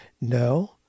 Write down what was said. No